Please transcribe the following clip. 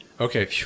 Okay